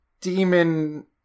demon